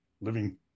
living